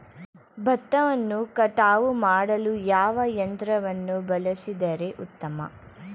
ಭತ್ತವನ್ನು ಕಟಾವು ಮಾಡಲು ಯಾವ ಯಂತ್ರವನ್ನು ಬಳಸಿದರೆ ಉತ್ತಮ?